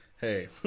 Hey